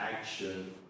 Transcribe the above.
action